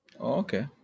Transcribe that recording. Okay